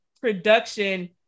production